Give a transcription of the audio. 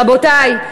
רבותי,